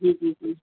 جی جی جی